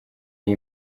iyi